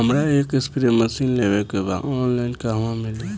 हमरा एक spray machine लेवे के बा ऑनलाइन कहवा मिली?